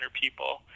people